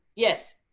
yes,